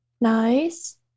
Nice